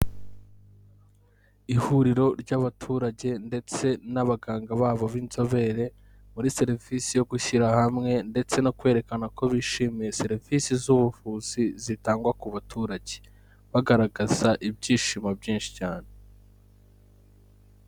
Ihuriro ry'abaturage ndetse n'abaganga babo b'inzobere muri serivisi yo gushyira hamwe ndetse no kwerekana ko bishimiye serivisi z'ubuvuzi zitangwa ku baturage, bagaragaza ibyishimo byinshi cyane.